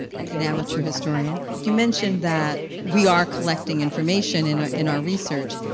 an amateur historian. you mentioned that we are collecting information in ah in our research.